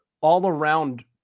all-around